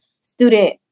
student